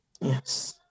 yes